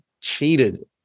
cheated